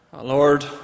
lord